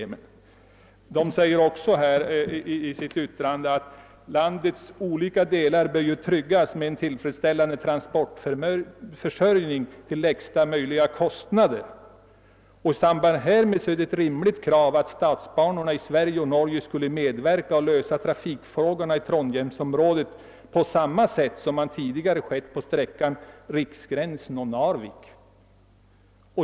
Förvaltningsutskottet säger också i sitt yttrande att landets olika delar bör tillförsäkras en tillfredsställande transportförsörjning till lägsta möjliga kostnader. I samband härmed är det ett rimligt krav att statsbanorna i Sverige och Norge skulle samverka och lösa trafikfrågorna i Trondheimsområdet på samma sätt som tidigare på sträckan Riksgränsen—Narvik.